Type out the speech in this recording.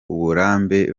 uburambe